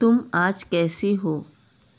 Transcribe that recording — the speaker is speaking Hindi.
तुम आज कैसी हो